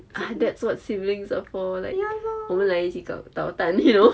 ah that's what siblings are for like 我们来一起找找担忧